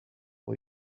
for